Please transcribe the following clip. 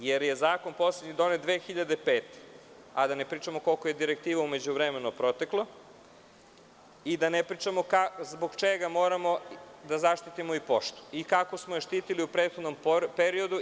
Poslednji zakon je donet 2005. godine, a da ne pričam o tome koliko je direktiva u međuvremenu proteklo i da ne pričam zbog čega moramo da zaštitimo i poštu i kako smo je štitili u prethodnom periodu.